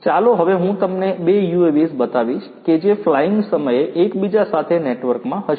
ચાલો હવે હું તમને બે UAVs બતાવીશ કે જે ફ્લાઇંગ સમયે એકબીજા સાથે નેટવર્કમાં હશે